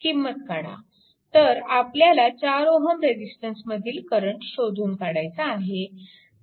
तर आपल्याला 4Ω रेजिस्टन्समधील करंट शोधून काढायचा आहे